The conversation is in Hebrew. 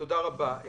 תודה רבה.